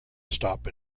stop